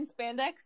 spandex